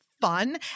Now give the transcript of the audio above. fun